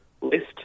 list